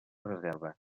reserva